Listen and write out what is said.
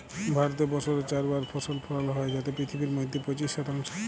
ভারতে বসরে চার বার ফসল ফলালো হ্যয় যাতে পিথিবীর মইধ্যে পঁচিশ শতাংশ